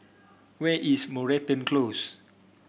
where is Moreton Close